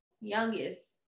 youngest